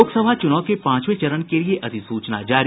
लोकसभा चुनाव के पांचवे चरण के लिये अधिसूचना जारी